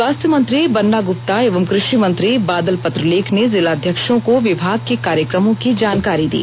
स्वास्थ्य मंत्री बन्ना गुप्ता एवं कृषि मंत्री बादल पत्रलेख ने जिलाध्यक्षों को विभाग के कार्यक्रमों की जानकारी दी